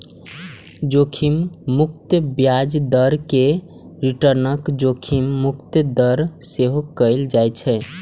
जोखिम मुक्त ब्याज दर कें रिटर्नक जोखिम मुक्त दर सेहो कहल जाइ छै